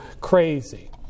crazy